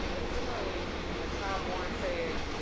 and similarly a child born say in,